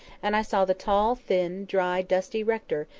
and i saw the tall, thin, dry, dusty rector,